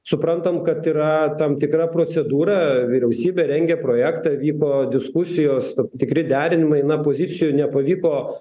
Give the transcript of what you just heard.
suprantam kad yra tam tikra procedūra vyriausybė rengia projektą vyko diskusijos tam tikri derinimai na pozicijų nepavyko